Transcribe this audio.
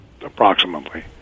approximately